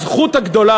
הזכות הגדולה,